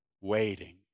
Waiting